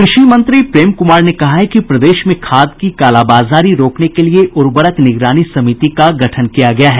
कृषि मंत्री प्रेम कुमार ने कहा है कि प्रदेश में खाद की कालाबाजारी रोकने के लिए उर्वरक निगरानी समिति का गठन किया गया है